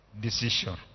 decision